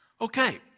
Okay